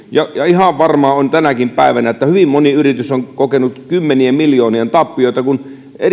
ja ihan varmaa on tänäkin päivänä että hyvin moni yritys on kokenut kymmenien miljoonien tappioita kun